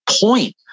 point